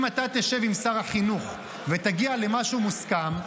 אם אתה תשב עם שר החינוך ותגיע למשהו מוסכם,